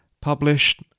published